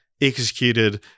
executed